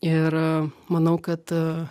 ir manau kad